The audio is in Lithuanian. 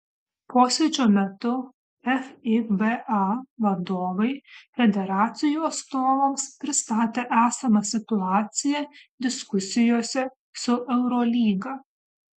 posėdžio metu fiba vadovai federacijų atstovams pristatė esamą situaciją diskusijose su eurolyga